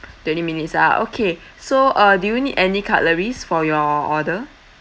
twenty minutes ah okay so uh do you need any cutleries for your order